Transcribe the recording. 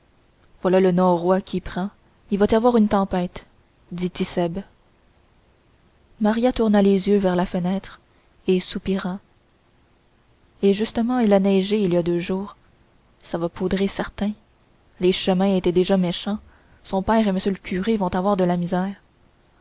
voilà le norouâ qui prend il va y avoir une tempête dit tit'sèbe maria tourna les yeux vers la fenêtre et soupira et justement il a neigé il y a deux jours ça va poudrer certain les chemins étaient déjà méchants son père et m le curé vont avoir de la misère